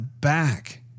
back